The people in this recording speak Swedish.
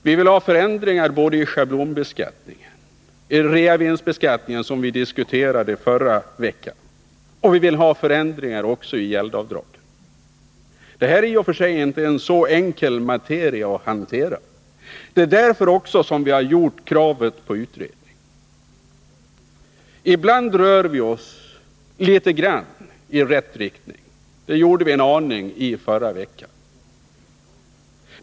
Vi vill ha förändringar både beträffande schablonbeskattningen, realisationsvinstbeskattningen, som vi diskuterade i förra veckan, och gäldavdragen. Det här är i och för sig inte en så enkel materia att hantera. Därför har vi också krävt en utredning. Ibland rör vi oss litet grand i rätt riktning. Det u" gjorde vi en aning i förra veckan.